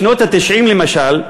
בשנות ה-90, למשל,